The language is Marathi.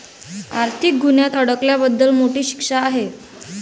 आर्थिक गुन्ह्यात अडकल्याबद्दल मोठी शिक्षा आहे